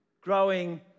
growing